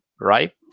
right